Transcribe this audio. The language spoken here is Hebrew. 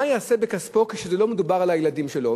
מה ייעשה בכספו כשלא מדובר על הילדים שלו?